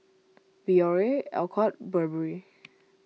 Biore Alcott Burberry